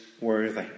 worthy